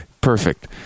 perfect